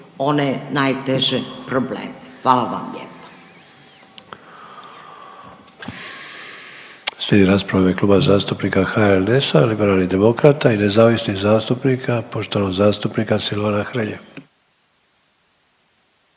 one najteže probleme. Hvala vam lijepa.